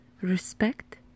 Respect